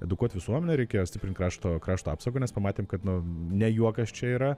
edukuot visuomenę reikia stiprint krašto krašto apsaugą nes pamatėm kad ne juokas čia yra